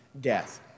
death